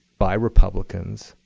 by republicans.